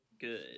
good